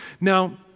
Now